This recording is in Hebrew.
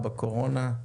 בקורונה.